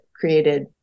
created